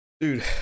Dude